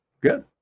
Good